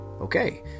Okay